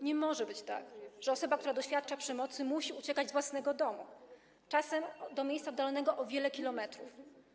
Nie może być tak, że osoba, która doświadcza przemocy, musi uciekać z własnego domu czasem do miejsca oddalonego o wiele kilometrów.